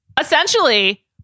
essentially